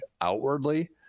outwardly